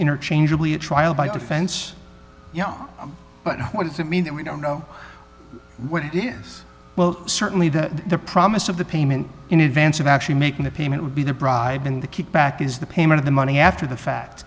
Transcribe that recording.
interchangeably a trial by defense yeah but what does it mean that we don't know what it is well certainly the the promise of the payment in advance of actually making the payment would be the bribe and the kickback is the payment of the money after the fa